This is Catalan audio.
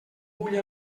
bull